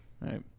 Right